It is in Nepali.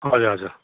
हजुर हजुर